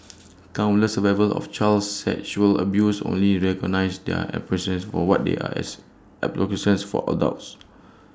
countless survivors of child sexual abuse only recognise their experiences for what they are as adolescents for adults